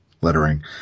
lettering